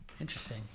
Interesting